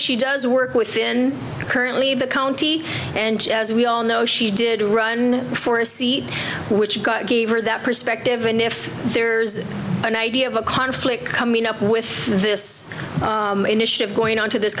she does work within current leave the county and as we all know she did run for a seat which got gave her that perspective and if there's an idea of a conflict coming up with this initiative going on to th